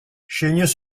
chaigneux